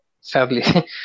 sadly